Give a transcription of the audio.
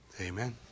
Amen